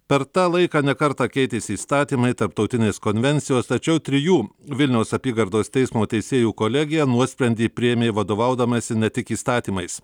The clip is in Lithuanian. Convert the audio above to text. per tą laiką ne kartą keitėsi įstatymai tarptautinės konvencijos tačiau trijų vilniaus apygardos teismo teisėjų kolegija nuosprendį priėmė vadovaudamasi ne tik įstatymais